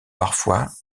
parfois